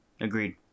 agreed